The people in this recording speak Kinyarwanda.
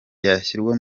yashyirwa